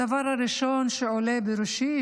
הדבר הראשון שעולה בראשי,